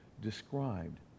described